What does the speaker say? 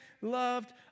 loved